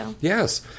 yes